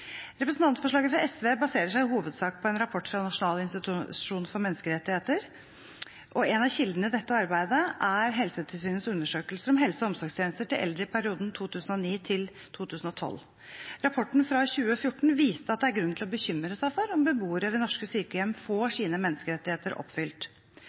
Representantforslaget fra SV baserer seg i hovedsak på en rapport fra Nasjonal institusjon for menneskerettigheter, og en av kildene i dette arbeidet er Helsetilsynets undersøkelse om helse- og omsorgstjenester til eldre i perioden 2009–2012. Rapporten fra 2014 viste at det er grunn til å bekymre seg over om beboere ved norske sykehjem får